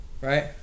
right